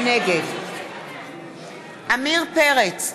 נגד עמיר פרץ,